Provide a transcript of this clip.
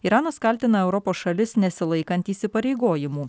iranas kaltina europos šalis nesilaikant įsipareigojimų